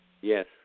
Yes